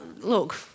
look